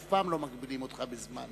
אף פעם לא מגבילים אותך בזמן.